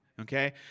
Okay